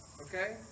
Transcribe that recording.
Okay